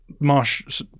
marsh